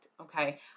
okay